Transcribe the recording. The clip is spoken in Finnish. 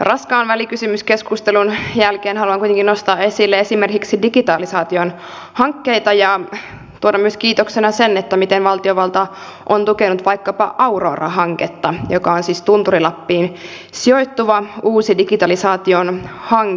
raskaan välikysymyskeskustelun jälkeen haluan kuitenkin nostaa esille esimerkiksi digitalisaation hankkeita ja tuoda myös kiitoksena sen miten valtiovalta on tukenut vaikkapa aurora hanketta joka on siis tunturi lappiin sijoittuva uusi digitalisaation hanke